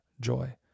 joy